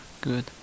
good